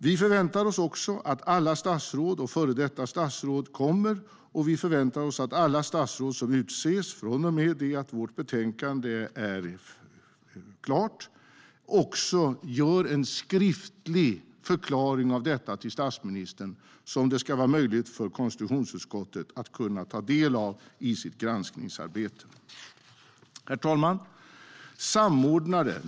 Vi förväntar oss också att alla statsråd och före detta statsråd kommer, och vi förväntar oss att alla statsråd som utses från och med att vårt betänkande är klart också gör en skriftlig förklaring av detta till statsministern som det ska vara möjligt för konstitutionsutskottet att ta del av i sitt granskningsarbete. Herr talman!